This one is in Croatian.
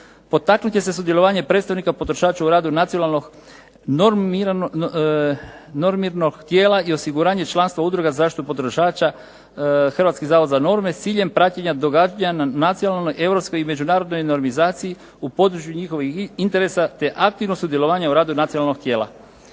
Potaknut će se sudjelovanje predstavnika potrošača u radu nacionalnog normirnog tijela i osiguranje članstva udruga za zaštitu potrošača Hrvatski zavod za norme, s ciljem praćenja događanja na nacionalnoj, europskoj i međunarodnoj normizaciji u području njihovih interesa te aktivno sudjelovanje u radu nacionalnog tijela.